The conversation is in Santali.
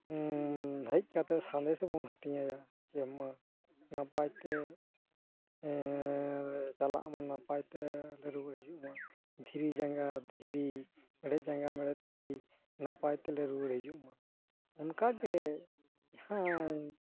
ᱦᱮᱡ ᱠᱟᱛᱮ ᱥᱟᱸᱫᱮᱥ ᱵᱚᱱ ᱦᱟᱹᱴᱤᱧᱟᱭᱟ ᱡᱮ ᱢᱟ ᱱᱟᱯᱟᱭ ᱛᱮ ᱪᱟᱞᱟᱜ ᱟᱵᱚᱱ ᱱᱟᱯᱟᱭ ᱛᱮ ᱨᱩᱣᱟᱹᱲ ᱦᱤᱡᱩᱜ ᱟᱵᱚᱱ ᱫᱷᱤᱨᱤ ᱡᱟᱸᱜᱟ ᱫᱷᱤᱨᱤ ᱢᱮᱬᱦᱮᱫ ᱡᱟᱸᱜᱟ ᱢᱮᱬᱦᱮᱫ ᱛᱤᱱ ᱟᱯᱟᱭ ᱛᱮᱞᱮ ᱨᱩᱣᱟᱹᱲ ᱦᱤᱡᱩᱜ ᱢᱟ ᱚᱱᱠᱟ ᱜᱮ ᱡᱟᱦᱟᱸᱭ